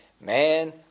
man